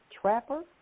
trapper